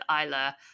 Isla